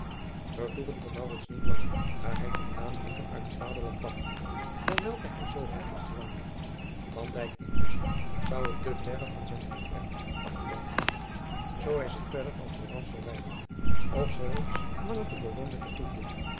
vertoeven kon maurits niet langer daar hij te milaan brieven uit het vaderland wachtte naar welke hij zoo hartelijk verlangde van dijk intusschen zou het te verre van zijn ontwerp afgeleid hebben zoo hij zich verder van florence verwijderde of zelfs langer te bologne vertoefde